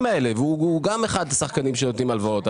האלה והוא גם אחד' השחקנים שנותנים הלוואות.